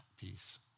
piece